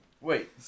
Wait